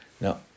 Now